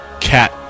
cat